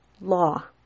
law